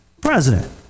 President